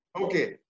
okay